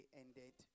ended